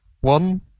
one